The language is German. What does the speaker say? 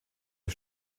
der